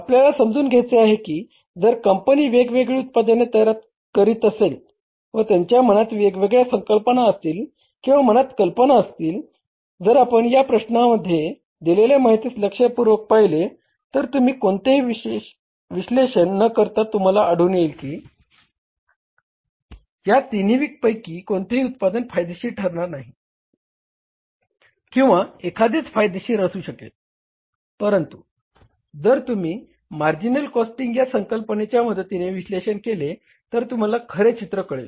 आपल्याला समजून घ्यायचे आहे की जर कंपनी वेगवेगळी उत्पादने तयार करीत असेल व त्यांच्या मनात वेगवेगळ्या संकल्पना असतील किंवा मनात कल्पना असतील जर आपण या प्रश्नामध्ये दिलेल्या माहितीस लक्षपूर्वक पाहील तर तुम्ही कोणतेही विश्लेषण न करता तुम्हाला आढळून येईल की या तिन्ही पैकी कोणतेही उत्पादन फायदेशीर ठरणार नाही किंवा एखादेच फायदेशीर असू शकेल परंतु जर तुम्ही मार्जिनल कॉस्टिंग या संकल्पनेच्या मदतीने विश्लेषण केले तर तुम्हाला खरे चित्र कळेल